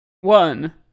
One